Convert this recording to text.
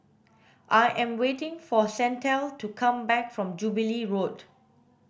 I am waiting for Shantel to come back from Jubilee Road